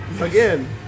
again